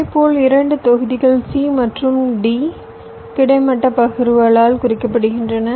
இதேபோல் 2 தொகுதிகள் C மற்றும் D கிடைமட்ட பகிர்வுகளால் குறிக்கப்படுகின்றன